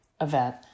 event